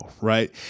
right